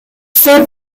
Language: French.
sait